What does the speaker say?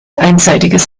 einseitiges